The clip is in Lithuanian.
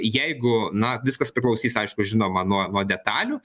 jeigu na viskas priklausys aišku žinoma nuo nuo detalių